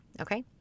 okay